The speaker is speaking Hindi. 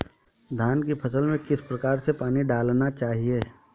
धान की फसल में किस प्रकार से पानी डालना चाहिए?